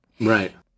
Right